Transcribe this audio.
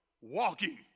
Walking